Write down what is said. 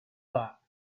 top